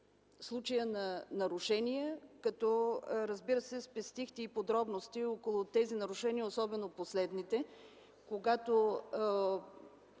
случая на нарушения като, разбира се, спестихте и подробности около тези нарушения, особено последните, когато